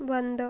बंद